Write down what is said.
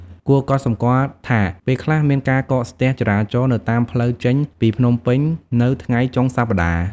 គួរកត់សម្គាល់ថា ពេលខ្លះមានការកកស្ទះចរាចរណ៍នៅតាមផ្លូវចេញពីភ្នំពេញនៅថ្ងៃចុងសប្តាហ៍។